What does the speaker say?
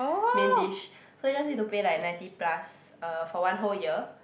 main dish so you just need to pay ninety plus uh for one whole year